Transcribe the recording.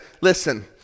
listen